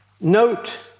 Note